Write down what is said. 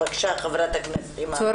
בבקשה, חברת הכנסת אימאן ח'טיב יאסין.